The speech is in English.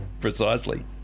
precisely